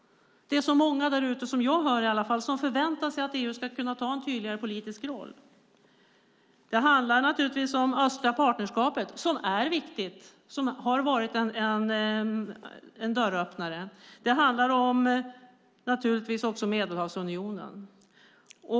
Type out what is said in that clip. Det är många som förväntar sig att EU ska inta en tydligare politisk roll. Det handlar naturligtvis om östliga partnerskapet. Det är viktigt och har varit en dörröppnare. Det handlar också om Medelhavsunionen.